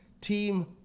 Team